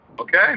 Okay